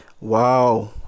wow